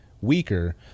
weaker